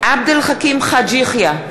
עבד אל חכים חאג' יחיא,